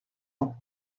ans